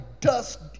dust